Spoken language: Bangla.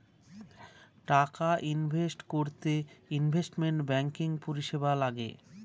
টাকা ইনভেস্ট করতে ইনভেস্টমেন্ট ব্যাঙ্কিং পরিষেবা লাগে